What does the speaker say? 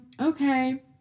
okay